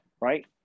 right